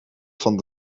van